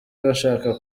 bashaka